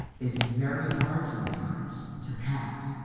it's very hard sometimes to pass.